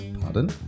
Pardon